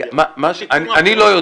--- לא, אני לא יודע.